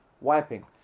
wiping